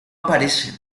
aparecen